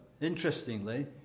interestingly